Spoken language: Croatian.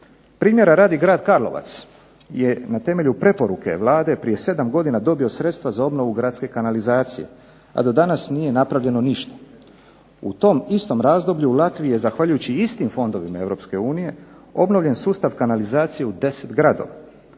Primjera radi grad Karlovac je na preporuke Vlade prije 7 godina dobio sredstva za obnovu gradske kanalizacije, a do danas nije napravljeno ništa. U tom istom razdoblju Latvija je zahvaljujući istim fondovima EU obnovljen sustav kanalizacije u 10 gradova.